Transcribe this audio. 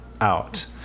out